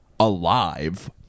Alive